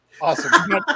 Awesome